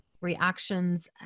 reactions